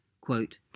quote